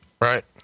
Right